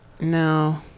No